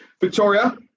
victoria